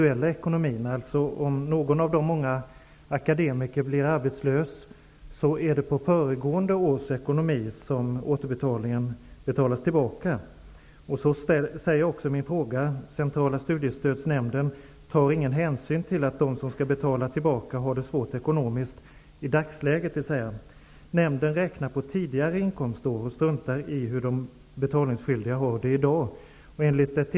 De som inte kan betala får besök av kronofogden. Sedan studiestödsnämnden inte beviljat anstånd med studielån överklagar allt fler till kammarrätten. Överklagandena har ökat med 25-- 30 % jämfört med förra året. Bara en på hundra som överklagar får anstånd, dvs. ca 40 av 4 000. Kammarrätten i Sundsvall, som är ensam om att behandla studiestödsmål, ägnar tre fjärdedelar av arbetstiden åt sådana mål. Andra ärenden försenas.